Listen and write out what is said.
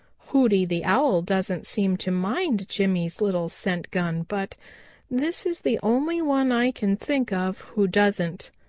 hooty the owl doesn't seem to mind jimmy's little scent gun, but this is the only one i can think of who doesn't.